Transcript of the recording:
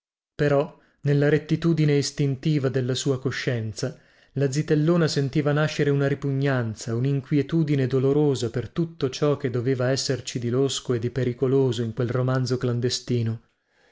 però nella rettitudine istintiva della sua coscienza la zitellona sentiva nascere una ripugnanza uninquietudine dolorosa per tutto ciò che doveva esserci di losco e di pericoloso in quel romanzo clandestino